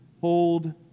hold